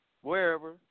wherever